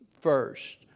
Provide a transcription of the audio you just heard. first